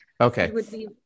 Okay